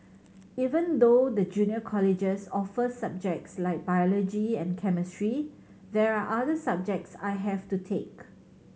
even though the junior colleges offer subjects like biology and chemistry there are other subjects I have to take